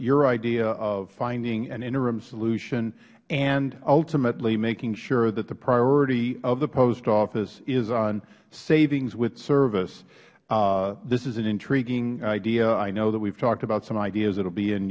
your idea of finding an interim solution and ultimately making sure that the priority of the post office is on savings with service this is an intriguing idea i know that we have talked about some ideas that will be in